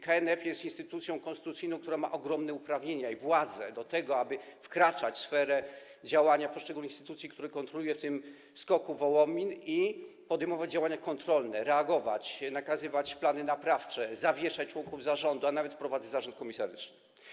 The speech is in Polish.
KNF jest instytucją konstytucyjną, która ma ogromne uprawnienia i władzę, aby wkraczać w sferę działania poszczególnych instytucji, które kontroluje, w tym SKOK-u Wołomin, i podejmować działania kontrolne, reagować, nakazywać wprowadzenie planów naprawczych, zawieszać członków zarządu, a nawet wprowadzać zarząd komisaryczny.